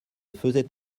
faisait